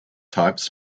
types